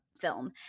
film